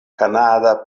kanada